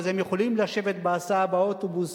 הם יכולים לשבת בהסעה באוטובוס,